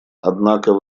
однако